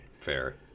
Fair